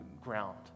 ground